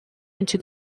into